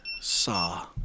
Saw